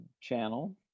channel